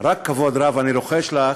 רק כבוד רב אני רוחש לך: